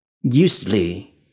Usually